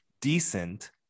decent